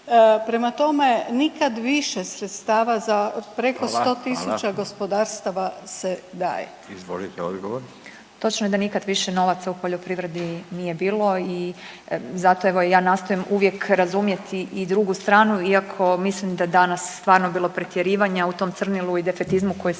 Hvala. Izvolite odgovor. **Petir, Marijana (Nezavisni)** Točno je da nikad više novaca u poljoprivredi nije bilo i zato evo i ja nastojim uvijek razumjeti i drugu stranu, iako mislim da danas stvarno je bilo pretjerivanja u tom crnilu i defetizmu koji se